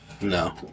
No